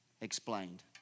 explained